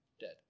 dead